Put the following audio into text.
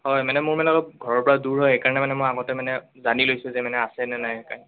হয় মানে মোৰ মানে ঘৰৰ পৰা অলপ দূৰ হয় সেইকাৰণে মানে মই আগতে মানে জানি লৈছোঁ মানে আছেনে নাই